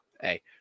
hey